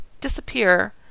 disappear